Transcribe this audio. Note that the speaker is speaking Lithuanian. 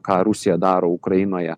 ką rusija daro ukrainoje